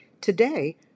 Today